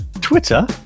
Twitter